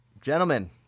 gentlemen